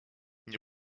nie